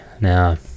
Now